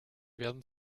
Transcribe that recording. werden